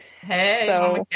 Hey